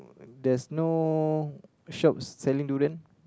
there's no shops selling durian